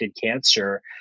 cancer